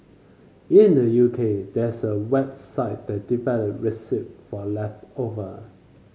in the U K there's a website that develop recipe for leftover